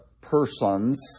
persons